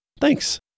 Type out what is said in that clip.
Thanks